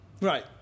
Right